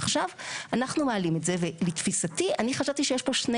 עכשיו אנחנו מעלים את זה ולתפיסתי אני חשבתי שיש פה שני